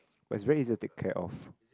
but it's very easy to take care of